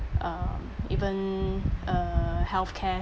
um even uh health care